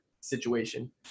situation